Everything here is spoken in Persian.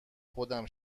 خودم